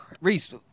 Reese